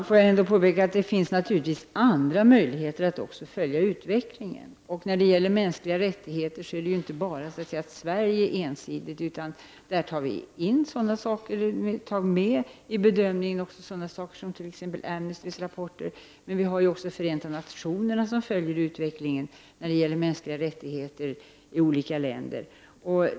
Herr talman! Det finns naturligtvis även andra möjligheter att följa utvecklingen. I bedömningen av frågor som rör de mänskliga rättigheterna tar vi även med sådana saker som Amnestys rapport. Även Förenta nationerna följer utvecklingen i fråga om de mänskliga rättigheterna i olika länder.